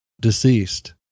deceased